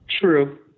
True